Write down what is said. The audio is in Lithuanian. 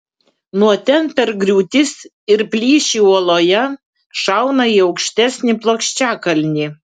nuo ten per griūtis ir plyšį uoloje šauna į aukštesnį plokščiakalnį